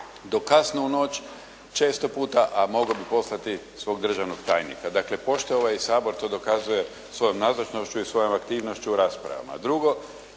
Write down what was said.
do kasno u noć, često puta, a mogao bi poslati svog državnog tajnika. Dakle poštuje ovaj Sabor to dokazuje svojom nazočnošću i svojom aktivnošću u raspravama.